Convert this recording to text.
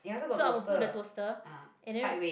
so I will put the toaster and then